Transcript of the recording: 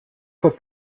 fois